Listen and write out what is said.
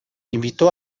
invitó